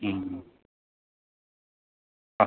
ആ